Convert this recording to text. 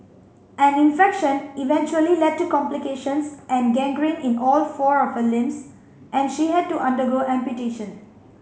an infection eventually led to complications and gangrene in all four of her limbs and she had to undergo amputation